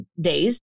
days